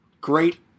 great